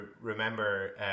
remember